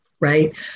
right